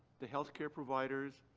the healthcare providers,